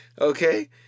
Okay